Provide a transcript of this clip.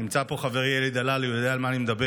נמצא פה חברי אלי דלל, הוא יודע על מה אני מדבר,